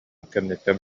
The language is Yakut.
кэнниттэн